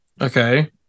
okay